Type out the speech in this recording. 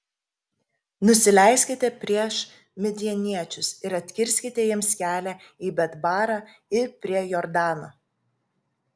nusileiskite prieš midjaniečius ir atkirskite jiems kelią į betbarą ir prie jordano